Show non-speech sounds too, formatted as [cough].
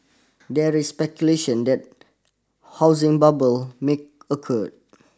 there is speculation that housing bubble may [unintelligible] occur